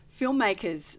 filmmakers